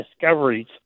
discoveries